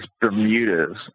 Bermudas